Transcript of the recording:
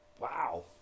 Wow